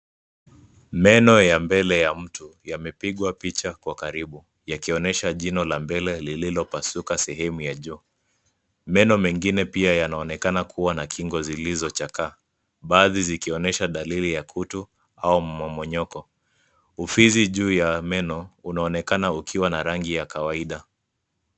Meno ya mbele ya mtu yamepigwa picha kwa karibu yakionyesha jino la mbele lililopasuka sehemu ya juu. Meno mengine pia yanaonekana kuwa na kingo zilizochakaa, baadhi zikionyesha dalili ya kutu au mmonyoko. Ufizi juu ya meno unaonekana ukiwa na rangi ya kawaida.